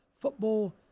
Football